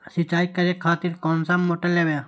सीचाई करें खातिर कोन सा मोटर लेबे?